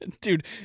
Dude